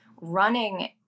running